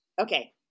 Okay